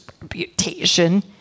reputation